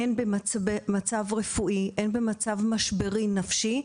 הן במצב רפואי והן במצב משברי-נפשי,